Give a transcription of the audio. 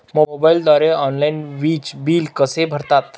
मोबाईलद्वारे ऑनलाईन वीज बिल कसे भरतात?